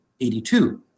82